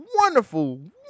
wonderful